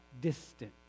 distant